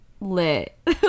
lit